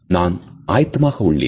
நான் ஆயத்தமாக உள்ளேன்